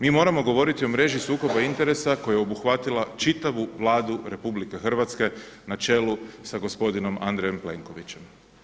Mi moramo govoriti o mreži sukoba interesa koja je obuhvatila čitavu Vladu RH na čelu sa gospodinom Andrejem Plenkovićem.